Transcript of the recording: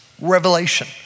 revelation